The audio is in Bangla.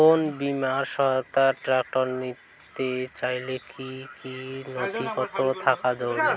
কোন বিমার সহায়তায় ট্রাক্টর নিতে চাইলে কী কী নথিপত্র থাকা জরুরি?